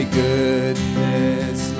goodness